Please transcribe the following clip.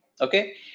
Okay